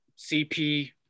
CP